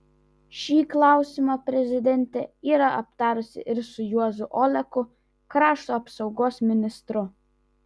šį klausimą prezidentė yra aptarusi ir su juozu oleku krašto apsaugos ministru